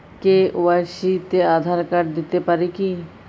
KYC তে Aadhaar card দিতে পারি কি?